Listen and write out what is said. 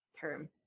term